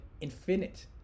infinite